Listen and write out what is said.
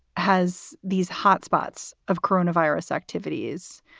has these hotspots of corona virus activities.